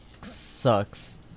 sucks